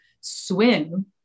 swim